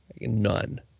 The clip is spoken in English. None